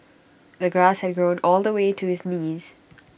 the grass had grown all the way to his knees